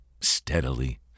steadily